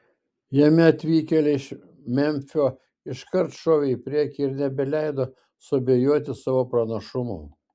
jame atvykėliai iš memfio iškart šovė į priekį ir nebeleido suabejoti savo pranašumu